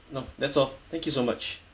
no that's all thank you so much